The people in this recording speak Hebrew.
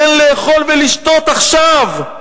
תן לאכול ולשתות עכשיו.